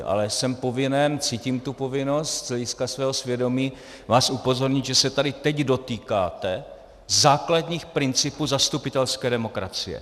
Ale jsem povinen, cítím tu povinnost z hlediska svého svědomí vás upozornit, že se tady teď dotýkáte základních principů zastupitelské demokracie.